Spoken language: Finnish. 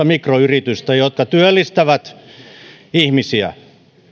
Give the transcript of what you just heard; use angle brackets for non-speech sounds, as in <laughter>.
<unintelligible> mikroyritystä jotka työllistävät ihmisiä